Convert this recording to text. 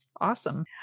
awesome